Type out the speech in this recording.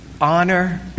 honor